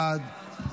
מתנגדים.